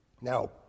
Now